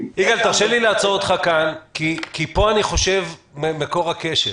--- תרשה לי לעצור אותך כאן כי פה אני חושב מקור הכשל.